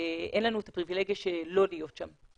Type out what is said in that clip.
אין לנו את הפריבילגיה שלא להיות שם.